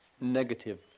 negative